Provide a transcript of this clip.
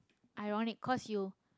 ironic 'cause you